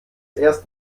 erst